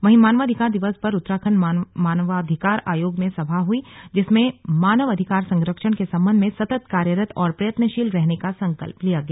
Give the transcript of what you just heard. वहीं मानवाधिकार दिवस पर उत्तराखण्ड मानव अधिकार आयोग में सभा हुई जिसमें मानव अधिकार संरक्षण के संबंध में सतत कार्यरत और प्रयत्नशील रहने का संकल्प लिया गया